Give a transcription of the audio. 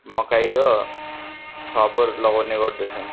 मकै र फापर लगाउने गर्दछन्